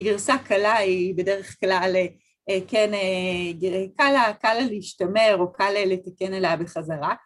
גרסה קלה היא בדרך כלל, כן, קל לה להשתמר או קל לתקן אליה בחזרה.